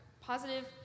positive